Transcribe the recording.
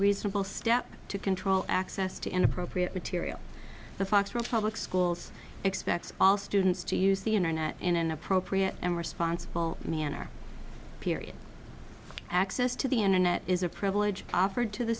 reasonable step to control access to inappropriate material the fox real public schools expects all students to use the internet in an appropriate and responsible manner period access to the internet is a privilege offered to the